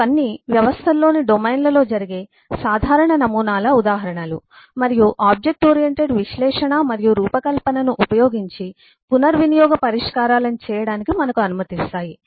ఇవన్నీ వ్యవస్థల్లోని డొమైన్లలో జరిగే సాధారణ నమూనాల ఉదాహరణలు మరియు ఆబ్జెక్ట్ ఆబ్జెక్ట్ ఓరియెంటెడ్ విశ్లేషణ మరియు రూపకల్పనను ఉపయోగించి పునర్వినియోగ పరిష్కారాలను చేయడానికి మనకు అనుమతిస్తాయి